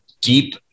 deep